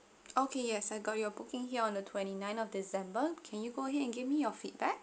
okay yes I got your booking here on the twenty ninth of december can you go ahead and give me your feedback